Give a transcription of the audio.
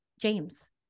James